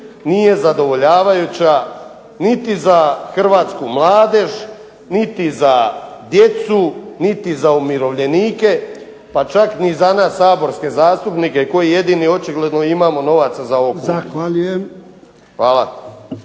nije zadovoljavajuća niti za hrvatsku mladež niti za djecu niti za umirovljenike, pa čak ni za nas saborske zastupnike koji jedini očigledno imamo novaca za ovo kupiti. Hvala.